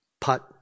Put